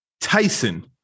Tyson